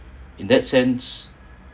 in that sense